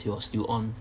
you are still on